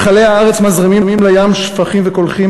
נחלי הארץ מזרימים לים שפכים וקולחים